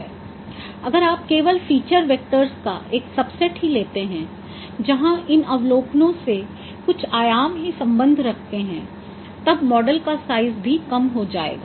अगर आप केवल फीचर वेक्टर्स का एक सबसेट ही लेते है जहाँ इन अवलोकनों से कुछ आयाम ही सम्बन्ध रखते हैं तब मॉडल का साइज़ भी कम हो जायेगा